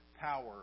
power